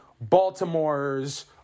Baltimore's